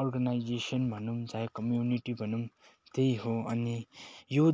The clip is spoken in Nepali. अर्गनाइजेसन भनौँ चाहे कम्युनिटी भनौँ त्यही हो अनि यो